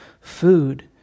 food